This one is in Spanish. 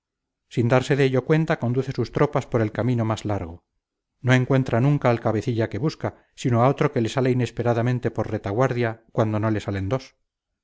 sin darse de ello cuenta conduce sus tropas por el camino más largo no encuentra nunca al cabecilla que busca sino a otro que le sale inesperadamente por retaguardia cuando no le salen dos